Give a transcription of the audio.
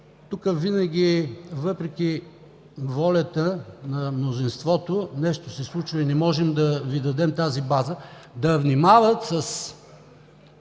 тук винаги, въпреки волята на мнозинството, нещо се случва и не можем да Ви дадем тази база – да внимават с